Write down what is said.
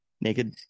naked